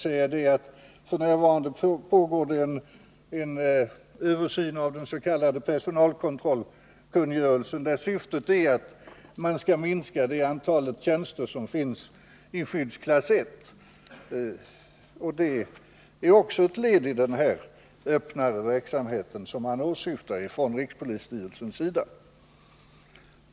nämna att det f. n. pågår en översyn av den s.k. personalkontrollkungörelsen, där syftet är att man skall minska antalet tjänster i skyddsklassen för de tjänster som är av störst betydelse för rikets säkehet. Detta är också ett led i den öppnare verksamhet som rikspolisstyrelsen eftersträvar.